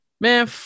Man